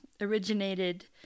originated